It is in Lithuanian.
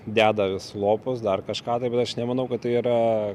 deda vis lopus dar kažką bet aš nemanau kad tai yra